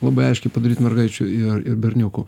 labai aiškiai padaryt mergaičių ir ir berniukų